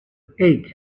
eight